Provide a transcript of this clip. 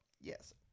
Yes